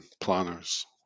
planners